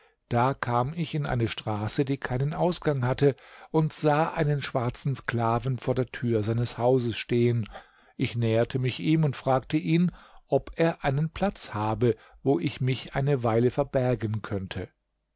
da kam ich in eine straße die keinen ausgang hatte und sah einen schwarzen sklaven vor der tür seines hauses stehen ich näherte mich ihm und fragte ihn ob er einen platz habe wo ich mich eine weile verbergen könnte